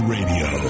Radio